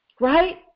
right